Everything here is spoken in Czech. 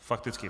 Fakticky.